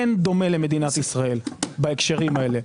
אין דומה למדינת ישראל בהקשרים האלה,